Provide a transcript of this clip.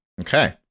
Okay